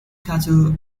cattle